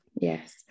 Yes